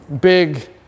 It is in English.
Big